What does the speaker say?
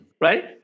right